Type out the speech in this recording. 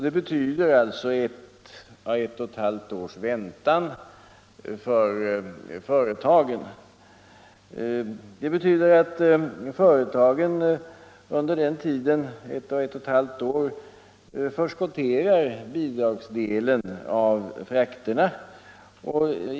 Det betyder alltså ett å ett och ett halvt års väntan för företagen, dvs. att företagen under den tiden förskotterar bidragsdelen av frakterna.